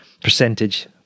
percentage